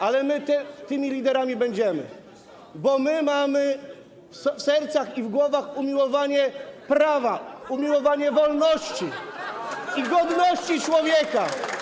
Ale my tymi liderami będziemy, bo my mamy w sercach i w głowach umiłowanie prawa, umiłowanie wolności i godności człowieka.